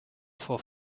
for